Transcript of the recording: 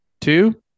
Two